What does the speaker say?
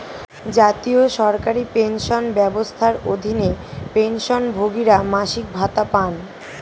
জাতীয় সরকারি পেনশন ব্যবস্থার অধীনে, পেনশনভোগীরা মাসিক ভাতা পান